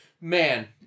Man